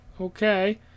okay